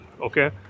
Okay